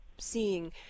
seeing